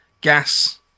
gas